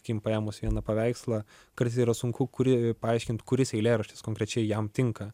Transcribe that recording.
sakykime paėmus vieną paveikslą kartais yra sunku kūrėjui paaiškint kuris eilėraštis konkrečiai jam tinka